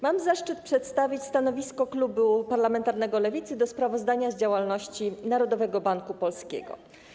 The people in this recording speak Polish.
Mam zaszczyt przedstawić stanowisko klubu parlamentarnego Lewicy wobec sprawozdania z działalności Narodowego Banku Polskiego.